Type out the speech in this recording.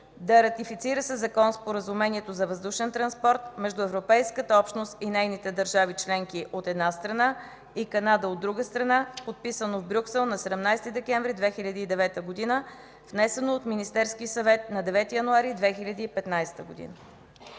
да ратифицира със закон Споразумението за въздушен транспорт между Европейската общност и нейните държави членки, от една страна, и Канада, от друга страна, подписано в Брюксел на 17 декември 2009 г., внесен от Министерски съвет на 9 януари 2015 г.”